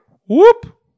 whoop